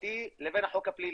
המסורתי לבין החוק הפלילי,